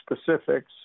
specifics